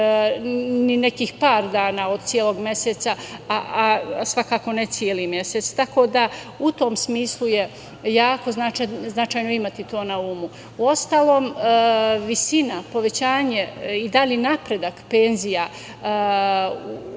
i nekih par dana od celog meseca, a svakako ne celi mesec. Tako da, u tom smislu je jako značajno imati to na umu. Uostalom, visina, povećanje i dalji napredak penzija,